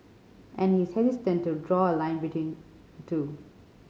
and he is hesitant to draw a link between the two